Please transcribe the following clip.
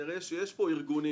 נראה שיש פה ארגונים